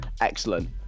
Excellent